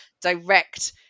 direct